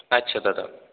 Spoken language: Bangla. আচ্ছা দাদা